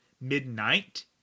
midnight